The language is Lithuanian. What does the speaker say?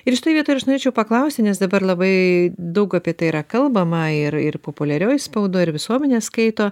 ir šitoj vietoj ir aš norėčiau paklausti nes dabar labai daug apie tai yra kalbama ir ir populiarioj spaudoj ir visuomenė skaito